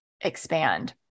expand